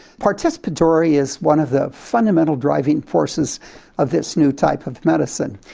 participatory is one of the fundamental driving forces of this new type of medicine,